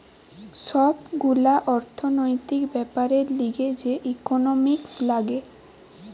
সব গুলা অর্থনৈতিক বেপারের লিগে যে ইকোনোমিক্স লাগে